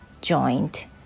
joint